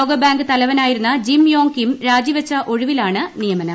ലോകബാങ്ക് തലവനായിരുന്ന Jim Yong Kim രാജിവച്ച ഒഴിവിലാണ് നിയമനം